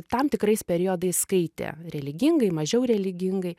tam tikrais periodais skaitė religingai mažiau religingai